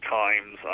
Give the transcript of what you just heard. times